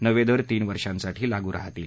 नवे दर तीन वर्षासाठी लागू राहतील